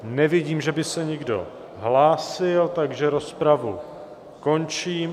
Nevidím, že by se někdo hlásil, takže rozpravu končím.